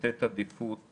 לתת עדיפות